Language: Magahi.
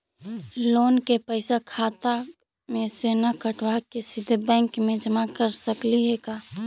लोन के पैसा खाता मे से न कटवा के सिधे बैंक में जमा कर सकली हे का?